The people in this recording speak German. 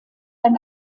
ein